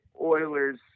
Oilers